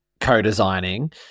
co-designing